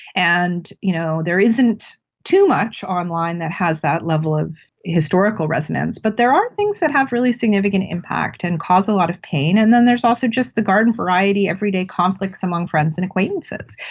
and you know there isn't too much online that has that level of historical resonance, but there are things that have really significant impact and cause a lot of pain and then there's also just the garden-variety everyday conflicts amongst friends and acquaintances.